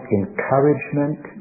encouragement